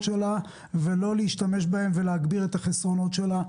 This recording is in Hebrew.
שלה ולא להשתמש בהם ולהגביר את החסרונות שלה.